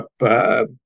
up